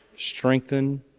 strengthen